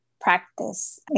practice